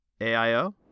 AIO